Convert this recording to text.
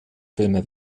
filme